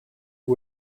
who